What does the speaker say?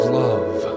love